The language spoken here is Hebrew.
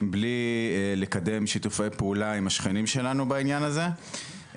בלי לקדם שיתופי פעולה עם השכנים שלנו בעניין הזה.